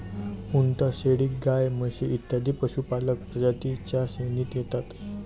उंट, शेळी, गाय, म्हशी इत्यादी पशुपालक प्रजातीं च्या श्रेणीत येतात